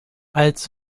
als